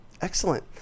Excellent